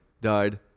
died